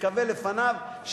נקווה לפניו,